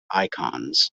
icons